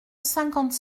cinquante